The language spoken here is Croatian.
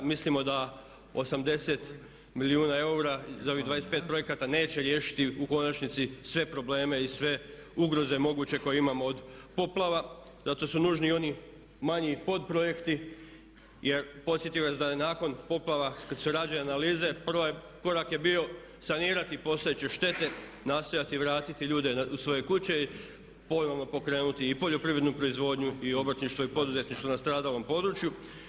Mislimo da 80 milijuna eura za ovih 25 projekata neće riješiti u konačnici sve probleme i sve ugroze moguće koje imamo od poplava zato su nužni oni manji potprojekti jer podsjetih vas da je nakon poplava kad se rade analize, prvi korak je bio sanirati postojeće štete, nastojati vratiti ljude u svoje kuće i ponovno pokrenuti i poljoprivrednu proizvodnju i obrtništvo i poduzetništvo na stradalom području.